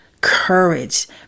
courage